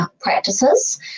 practices